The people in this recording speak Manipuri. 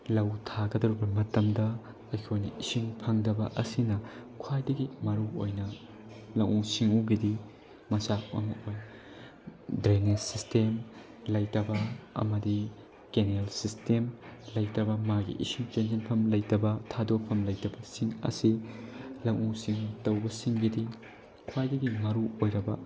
ꯂꯧ ꯊꯥꯒꯗꯧꯔꯤꯕ ꯃꯇꯝꯗ ꯑꯩꯈꯣꯏꯅ ꯏꯁꯤꯡ ꯐꯪꯗꯕ ꯑꯁꯤꯅ ꯈ꯭ꯋꯥꯏꯗꯒꯤ ꯃꯔꯨꯑꯣꯏꯅ ꯂꯧꯎ ꯁꯤꯡꯎꯒꯤꯗꯤ ꯃꯆꯥꯛ ꯑꯃ ꯑꯣꯏ ꯗ꯭ꯔꯦꯅꯦꯁ ꯁꯤꯁꯇꯦꯝ ꯂꯩꯇꯕ ꯑꯃꯗꯤ ꯀꯦꯅꯦꯜ ꯁꯤꯁꯇꯦꯝ ꯂꯩꯇꯕ ꯃꯥꯒꯤ ꯏꯁꯤꯡ ꯆꯦꯟꯁꯤꯟꯐꯝ ꯂꯩꯇꯕ ꯊꯥꯗꯣꯛꯐꯝ ꯂꯩꯇꯕꯁꯤꯡ ꯑꯁꯤ ꯂꯧꯎ ꯁꯤꯡꯎ ꯇꯧꯕꯁꯤꯡꯒꯤꯗꯤ ꯈ꯭ꯋꯥꯏꯗꯒꯤ ꯃꯔꯨꯑꯣꯏꯔꯕ